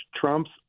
Trump's